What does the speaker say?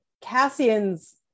Cassian's